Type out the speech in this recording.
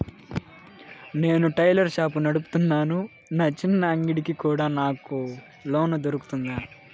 నేను tailor shop నడుపుతున్నాను, నా చిన్న అంగడి కి కూడా నాకు లోను దొరుకుతుందా?